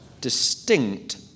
distinct